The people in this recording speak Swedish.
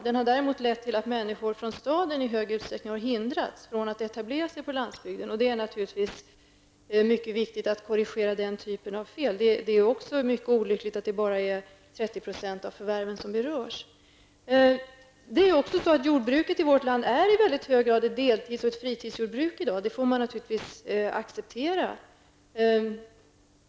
Den har däremot lett till att människor från städer i stor utsträckning har hindrats att etablera sig på landsbygden. Det är naturligtvis mycket viktigt att korrigera den typen av fel, men det är också mycket olyckligt att det bara är 30 % av förvärven som berörs. Jordbruket i vårt land är i dag i mycket hög grad ett deltids och fritidsjordbruk. Det får man naturligtvis acceptera.